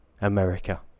America